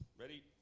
Ready